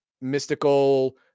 mystical